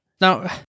Now